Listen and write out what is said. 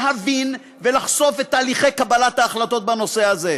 להבין ולחשוף את תהליכי קבלת ההחלטות בנושא הזה.